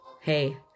Hey